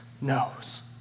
knows